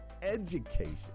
education